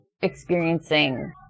experiencing